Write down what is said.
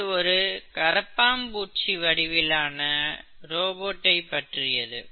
இது ஒரு கரப்பான் பூச்சி வடிவிலான ரோபோட்டை பற்றியது